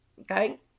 Okay